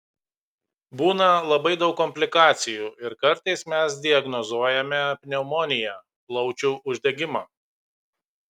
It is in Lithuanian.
būna labai daug komplikacijų ir kartais mes diagnozuojame pneumoniją plaučių uždegimą